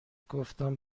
گفتم